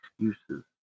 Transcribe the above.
excuses